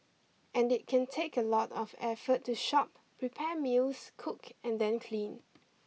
and it can take a lot of effort to shop prepare meals cook and then clean